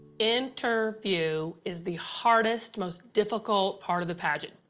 interview is the hardest, most difficult part of the pageant.